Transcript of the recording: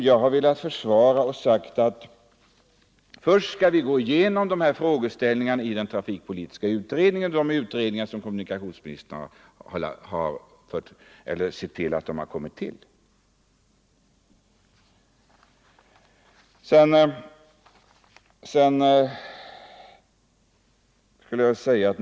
Vad jag vill hävda är att vi först skall gå igenom frågeställningarna i den trafikpolitiska utredningen och de utredningar som kommunikationsministern tillsatt innan vi tar ställning.